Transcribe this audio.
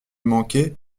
manquer